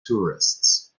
tourists